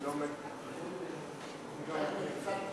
בבקשה,